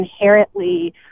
inherently